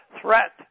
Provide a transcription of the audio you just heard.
threat